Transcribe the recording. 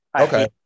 Okay